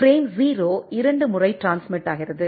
frame 0 இரண்டு முறை transmit ஆகிறது